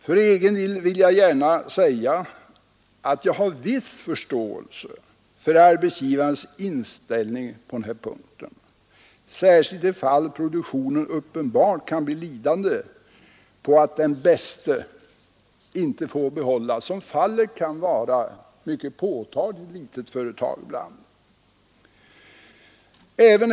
För egen del har jag viss förståelse för arbetsgivarnas inställning på denna punkt, särskilt i fall där produktionen uppenbart kan bli lidande på att den bäste inte får behållas, vilket ibland mycket påtagligt kan vara fallet i ett litet företag.